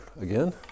again